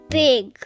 big